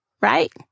right